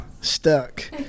stuck